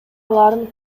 алаарын